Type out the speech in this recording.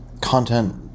content